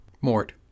Mort